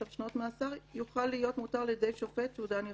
שנות מאסר יוכל להיות מוטל על ידי שופט או דן יחיד.